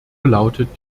lautet